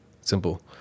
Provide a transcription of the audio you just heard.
Simple